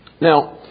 Now